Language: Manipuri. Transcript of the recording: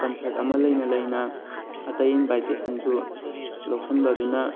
ꯀꯟꯁꯔꯠ ꯑꯃ ꯂꯩꯅ ꯂꯩꯅ ꯑꯇꯩ ꯏꯟꯕꯥꯏꯇꯦꯁꯟꯁꯨ ꯂꯧꯁꯤꯟꯕꯗꯨꯅ